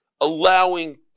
allowing